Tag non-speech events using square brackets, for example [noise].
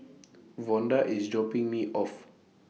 [noise] Vonda IS dropping Me off